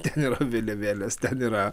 ten yra vėliavėlės ten yra